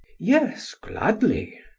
yes, gladly.